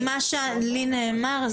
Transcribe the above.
ממה שנאמר לי,